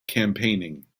campaigning